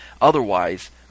Otherwise